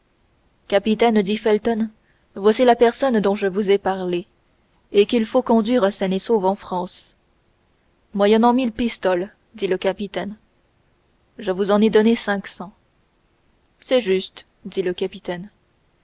capitaine dit felton voici la personne dont je vous ai parlé et qu'il faut conduire saine et sauve en france moyennant mille pistoles dit le capitaine je vous en ai donné cinq cents c'est juste dit le capitaine